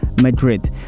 Madrid